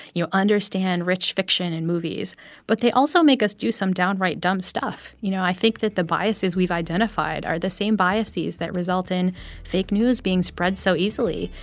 you know, understand rich fiction and movies but they also make us do some downright dumb stuff. you know, i think that the biases we've identified are the same biases that result in fake news being spread so easily.